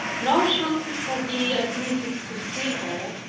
nor should people be admitted to see her,